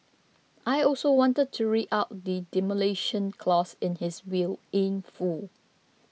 I also wanted to read out the Demolition Clause in his will in full